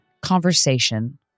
conversation